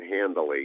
handily